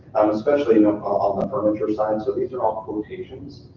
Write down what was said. especially and on ah the furniture side. so these are all quotations,